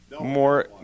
more